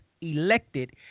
elected